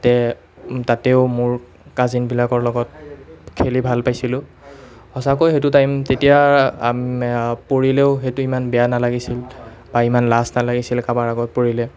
তাতে তাতেও মোৰ কাজিনবিলাকৰ লগত খেলি ভাল পাইছিলোঁ সঁচাকৈ সেইটো টাইম তেতিয়া পৰিলেও সেইটো ইমান বেয়া নালাগিছিল বা ইমান লাজ নালাগিছিল কাৰোবাৰ আগত পৰিলে